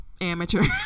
Amateur